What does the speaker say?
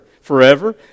forever